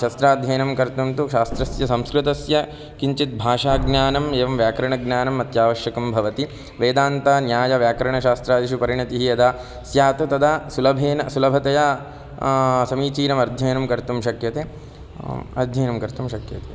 शास्त्राध्ययनं कर्तुं तु शास्त्रस्य संस्कृतस्य किञ्चित् भाषाज्ञानम् एवं व्याकरणज्ञानम् अत्यावश्यकं भवति वेदान्तन्यायव्याकरणशास्त्रादीषु परिणतिः यदा स्यात् तदा सुलभेन सुलभतया समीचीनम् अध्ययनं कर्तुं शक्यते अध्ययनं कर्तुं शक्यते